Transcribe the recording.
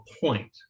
point